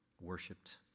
Worshipped